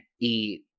eat